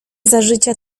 zażycia